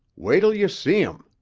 wait'll you see him.